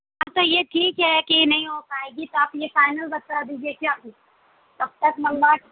تو یہ ٹھیک ہے کہ نہیں ہو پائے گی تو آپ یہ فائنل بتا دیجیے کیا کب تک منگوا